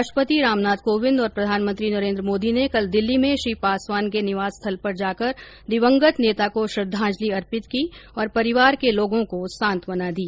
राष्ट्रपति रामनाथ कोविंद और प्रधानमंत्री नरेन्द्र मोदी ने कल दिल्ली में श्री पासवान के निवास स्थल पर जाकर दिवंगत नेता को श्रद्वांजलि अर्पित की और परिवार के लोगों को सांत्वना दी